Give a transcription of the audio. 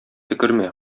төкермә